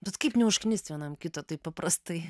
bet kaip neužknist vienam kito taip paprastai